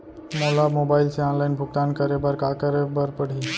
मोला मोबाइल से ऑनलाइन भुगतान करे बर का करे बर पड़ही?